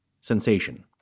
sensation